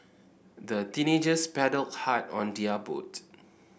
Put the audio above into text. the teenagers paddled hard on their boat